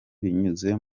binyuze